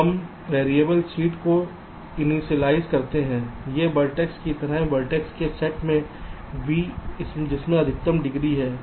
तो हम variable seed को इनिशियलाइज़ करते हैं के वर्टेक्स की तरह वर्टेक्स के सेट में V जिसमें अधिकतम डिग्री है